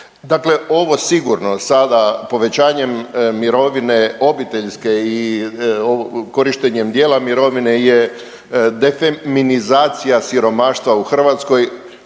Dakle, ovo sigurno sada povećanjem mirovine obiteljske i korištenjem dijela mirovine je defeminizacija siromaštava u Hrvatskoj,